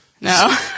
No